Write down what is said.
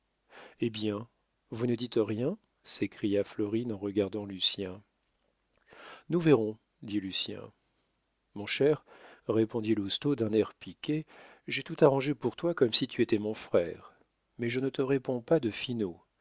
hé bien vous ne dites rien s'écria florine en regardant lucien nous verrons dit lucien mon cher répondit lousteau d'un air piqué j'ai tout arrangé pour toi comme si tu étais mon frère mais je ne te réponds pas de finot